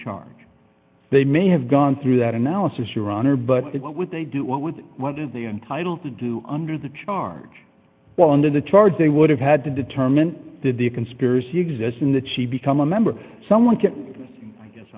charge they may have gone through that analysis your honor but what would they do what would what are they entitled to do under the charge well under the charge they would have had to determine that the conspiracy exists in that she become a member someone can i guess